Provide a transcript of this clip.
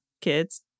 kid's